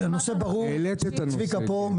הנושא ברור וצביקה פה.